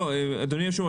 אדוני היושב-ראש,